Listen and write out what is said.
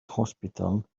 hospital